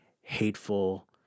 hateful